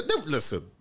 Listen